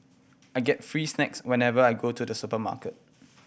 I get free snacks whenever I go to the supermarket